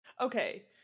okay